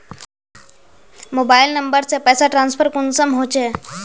Mobile number से पैसा transfer कुंसम होचे?